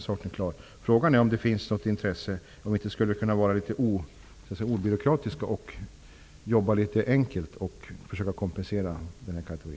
Frågan är huruvida det finns något intresse för att vara litet obyråkratisk och på ett enkelt sätt försöka kompensera denna yrkeskategori.